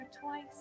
twice